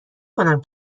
کنم